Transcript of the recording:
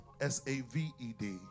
S-A-V-E-D